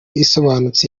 isobanutse